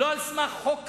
לא על סמך חוק קיים,